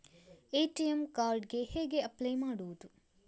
ATM card ಗೆ ಹೇಗೆ apply ಮಾಡುವುದು?